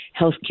healthcare